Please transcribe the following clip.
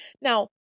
Now